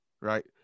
right